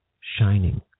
shining